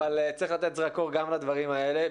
אבל צריך לתת זרקור גם לדברים האלה.